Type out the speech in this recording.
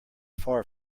far